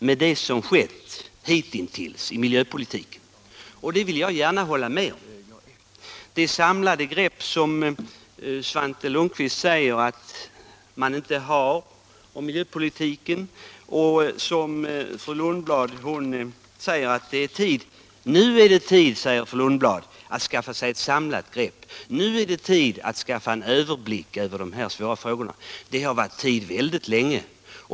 Att det som gjorts hittills inte är tillräckligt vill jag gärna hålla med om. Svante Lundkvist säger att vi inte har ett samlat grepp om miljövården. Fru Lundblad säger att nu är det tid att skaffa sig ett samlat grepp om 150 och en överblick över de här svåra frågorna. Det har varit på tiden mycket länge.